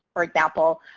for example,